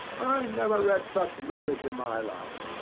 i never read such rubbish in my life.